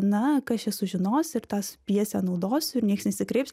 na kas čia sužinos ir tas pjesę naudos nieks nesikreips